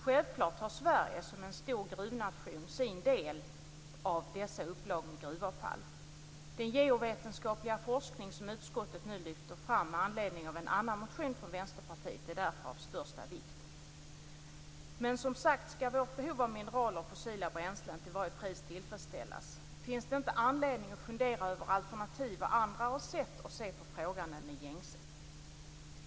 Självklart har Sverige som en stor gruvnation sin del i dessa upplag med gruvavfall. Den geovetenskapliga forskning som utskottet nu lyfter fram med anledning av en annan motion från Vänsterpartiet är därför av största vikt. Men som sagt: Skall vårt behov av mineraler och fossila bränslen till varje pris tillfredsställas? Finns det inte anledning att fundera över alternativ och andra sätt att se på frågan än gängse sätt?